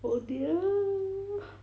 oh dear